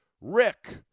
Rick